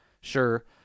sure